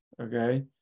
okay